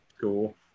Cool